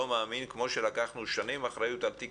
לא מאמין כמו שלקחנו שנים אחריות על תיק